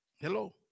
Hello